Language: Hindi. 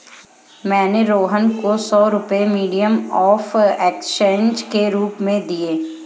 मैंने रोहन को सौ रुपए मीडियम ऑफ़ एक्सचेंज के रूप में दिए